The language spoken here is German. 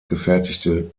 gefertigte